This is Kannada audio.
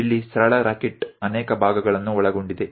ಇಲ್ಲಿ ಸರಳ ರಾಕೆಟ್ ಅನೇಕ ಭಾಗಗಳನ್ನು ಒಳಗೊಂಡಿದೆ